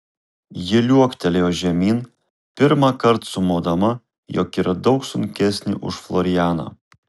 ji liuoktelėjo žemyn pirmąkart sumodama jog yra daug sunkesnė už florianą